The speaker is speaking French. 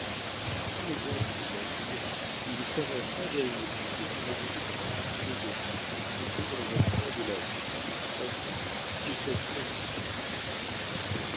suivant l'exemple de david il savança vers une pile de fagots de branches odorantes qui étaient dans un coin de la hutte en prit un et s'assit en silence